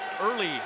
Early